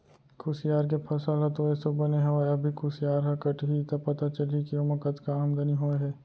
कुसियार के फसल ह तो एसो बने हवय अभी कुसियार ह कटही त पता चलही के ओमा कतका आमदनी होय हे